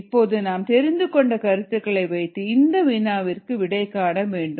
இப்போது நாம் தெரிந்துகொண்ட கருத்துக்களை வைத்து இந்த வினாவிற்கு விடைகாண வேண்டும்